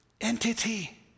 entity